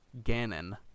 Ganon